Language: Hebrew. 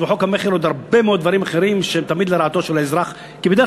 בחוק המכר יש עוד הרבה מאוד דברים אחרים שהם תמיד לרעתו של האזרח,